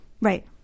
Right